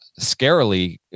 scarily